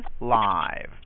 live